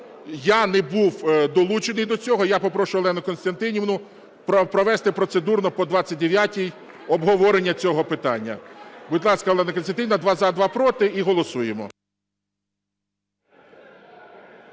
я не був долучений до цього, я попрошу Олену Костянтинівну провести процедурно по 29-й обговорення цього питання. Будь ласка, Олена Костянтинівна. Два – за, два – проти, і голосуємо.